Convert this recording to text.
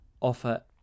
offer